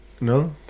no